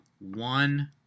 one